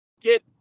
get